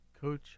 Coach